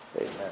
Amen